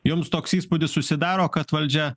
jums toks įspūdis susidaro kad valdžia